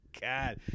God